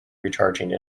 recharging